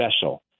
special